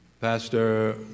Pastor